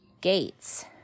gates